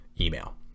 email